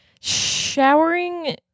Showering